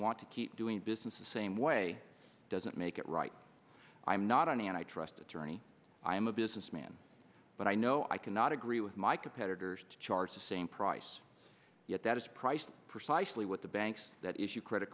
want to keep doing business the same way doesn't make it right i'm not an antitrust attorney i am a businessman but i know i cannot agree with my competitors to charge the same price yet that is priced precisely what the banks that issue cr